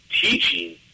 teaching